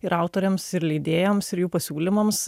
ir autoriams ir leidėjams ir jų pasiūlymams